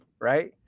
Right